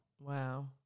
Wow